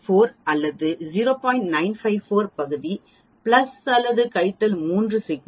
954 பகுதி பிளஸ் அல்லது கழித்தல் 3 சிக்மா 0